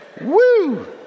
woo